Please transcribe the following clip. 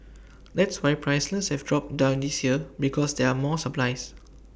that's why prices have dropped this year because there are more supplies